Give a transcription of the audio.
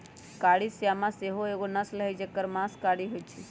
कारी श्यामा सेहो एगो नस्ल हई जेकर मास कारी होइ छइ